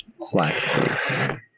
slash